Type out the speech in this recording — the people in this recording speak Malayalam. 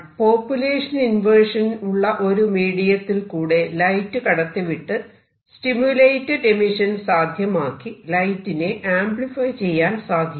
പോപ്പുലേഷൻ ഇൻവെർഷൻ ഉള്ള ഒരു മീഡിയത്തിൽ കൂടെ ലൈറ്റ് കടത്തിവിട്ട് സ്റ്റിമുലേറ്റഡ് എമിഷൻ സാധ്യമാക്കി ലൈറ്റിനെ ആംപ്ലിഫൈ ചെയ്യാൻ സാധിക്കും